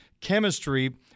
chemistry